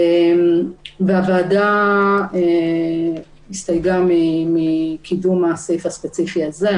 והוועדה הסתייגה מקידום הסעיף הספציפי הזה.